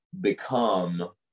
become